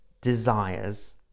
desires